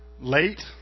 late